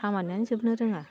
खामानियानो जोबनो रोङा